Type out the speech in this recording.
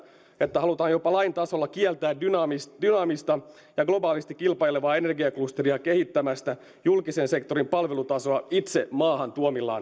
että halutaan jopa lain tasolla kieltää dynaamista dynaamista ja globaalisti kilpailevaa energiaklusteria kehittämästä julkisen sektorin palvelutasoa itse maahan